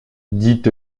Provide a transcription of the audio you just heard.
dit